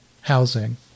housing